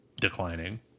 declining